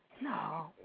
No